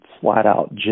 flat-out